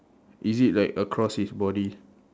is it like across his body